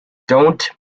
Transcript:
don’t